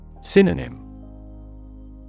Synonym